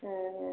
ହଁ ହଁ